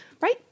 Right